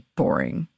boring